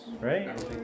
Right